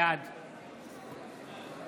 בעד